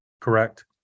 correct